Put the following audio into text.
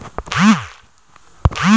जल संकट से आर्थिक व्यबस्था खराब हो जाय छै